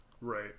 right